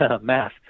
math